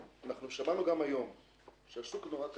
אנחנו שמענו גם היום שהשוק נורא קטן,